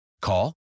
Call